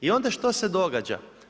I onda što se događa?